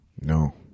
No